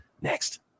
next